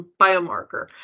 biomarker